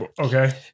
Okay